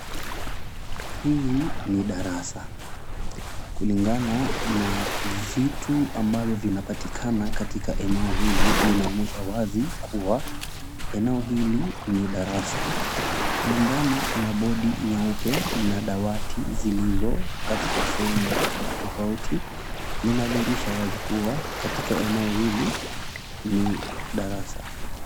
Hii ni darasa kulingana na vitu ambavyo vinapatikana katika eneo hili linaonyesha wazi kuwa eneo hili ni darasa. Kulingana na bodi nyeupe na dawati zilizo katika sehemu tofauti tofauti lina dhihirisha wazi kuwa katika eneo hili ni darasa.